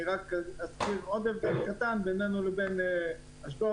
אני רק אגיד עוד הבדל קטן בינינו לבין אשדוד.